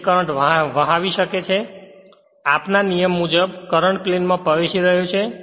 જે કરંટ વહાવી શકે છે આપના નિયમ મુજબ કરંટ પ્લેન માં પ્રવેશી રહ્યો છે